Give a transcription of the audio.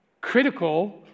critical